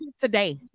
Today